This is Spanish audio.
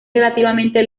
relativamente